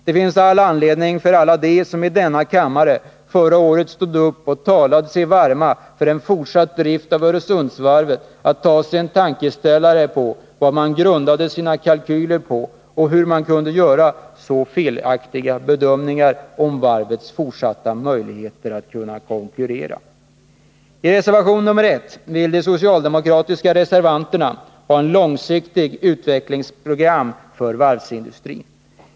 Det finns all anledning för alla dem som i denna kammare förra året stod upp och talade sig varma för en fortsatt drift av Öresundsvarvet att ta sig en funderare på vad de grundade sina kalkyler på och hur de kunde göra så felaktiga bedömningar av varvets fortsatta möjligheter att konkurrera. I reservation 1 till näringsutskottets betänkande vill de socialdemokratiska reservanterna ha ett långsiktigt utvecklingsprogram för varvsindustrin.